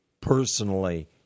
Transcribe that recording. personally